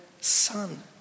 Son